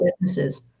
businesses